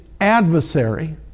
adversary